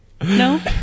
No